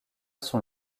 sont